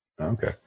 Okay